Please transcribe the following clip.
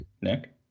Nick